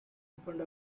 opened